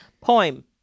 Poem